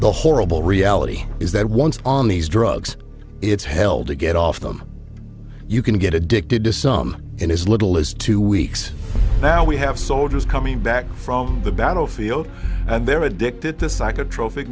the horrible reality is that once on these drugs it's hell to get off them you can get addicted to some and as little as two weeks now we have soldiers coming back from the battlefield and they're addicted to